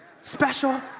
special